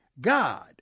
God